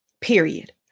period